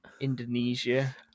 Indonesia